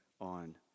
on